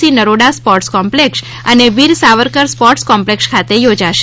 C Naroda sports complex અને Veer Savarkar sports complex ખાતે યોજાશે